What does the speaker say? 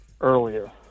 earlier